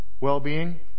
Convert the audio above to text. well-being